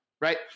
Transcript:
right